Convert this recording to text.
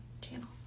channel